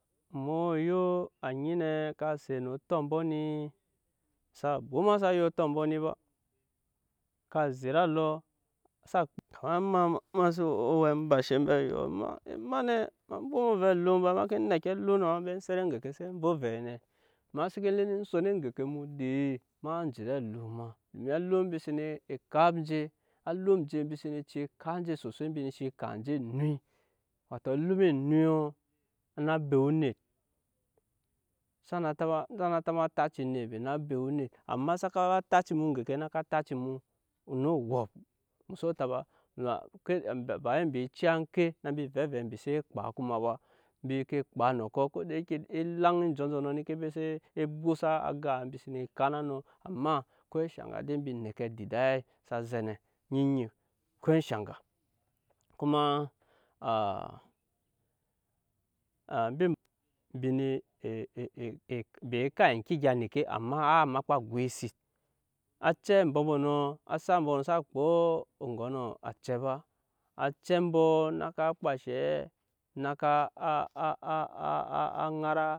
Emuo yo anyi ne ka set no otombɔ ni xsa bwoma sa ya otombɔ ni ba ka zit alɔ sa kama ema sen we owɛ enbashe ambe oyɔk ema ema ne ma bwoma ovɛ alum fa ema ke neki alum na ma ba set eŋgeke se go ovɛ nɛ ema seken le ne son eŋgeke omodei ma je ed'alum ma ne alum enje embi sene ke ekap nje alum anje embi sene cii kap enje sosai embi cii kap enje enui wato alum enuiɔ á naa bewu onet xsanaa taba xsana taba taci onet be na bewu onet amma saka ba taci mu eŋgeke á na ka taci mu no mu xso taba ba wai wee ciya eŋke na mbi vɛ vɛɛ mbi xse kpa kuma ba embi ne ke kpa enɔkɔ ko da ya ke elaŋ enjɔnjɔnɔ e nee ke be zɛ ebwosa agaa mbi senee kana nɔ amma ko enshe egya dei embi nɛke adidai sa zɛ nɛ eni nyi ko enshe gya. kuma embi embi wee kap eŋke egya eneke amma waa makpa á goisi acɛ ambɔmbɔnɔ asak ambɔnɔ xsa kpa oŋgɔnɔ acɛ ba acɛ mbɔ na a kpa enshe naka ŋara.